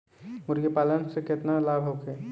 मुर्गीपालन से केतना लाभ होखे?